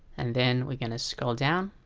and then we're gonna scroll down.